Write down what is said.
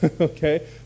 okay